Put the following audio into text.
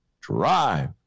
Drive